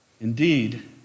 Indeed